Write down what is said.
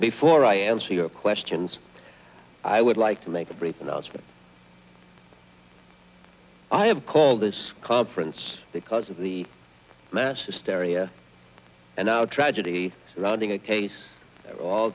before i answer your questions i would like to make a brief note i have called this conference because of the mass hysteria and now tragedy surrounding a case all